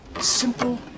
simple